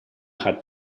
had